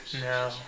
No